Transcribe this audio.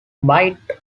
bite